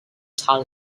taught